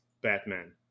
Batman